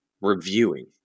reviewing